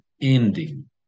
ending